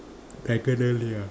diagonally ah